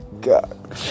God